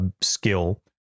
skill